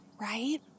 right